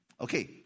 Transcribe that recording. Okay